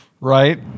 Right